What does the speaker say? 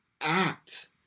act